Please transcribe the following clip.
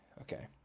Okay